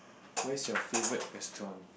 where's your favorite restaurant